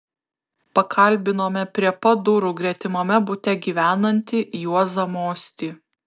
pakalbinome prie pat durų gretimame bute gyvenantį juozą mostį